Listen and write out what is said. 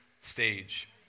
stage